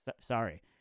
sorry